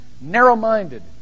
narrow-minded